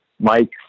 Mike